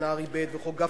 וחוק נהרי ב' וחוק גפני,